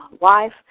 wife